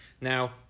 Now